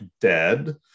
dead